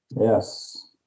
Yes